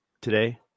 today